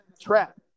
trap